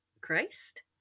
Christ